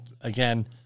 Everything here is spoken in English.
again